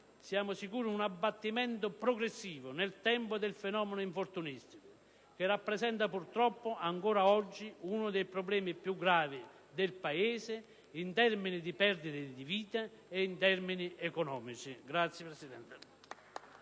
siamo sicuri - un abbattimento progressivo nel tempo del fenomeno infortunistico che rappresenta, purtroppo, ancora oggi uno dei problemi più gravi del Paese in termini di perdita di vite umane e in termini economici. *(Applausi